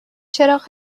چراغ